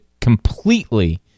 completely